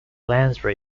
lansbury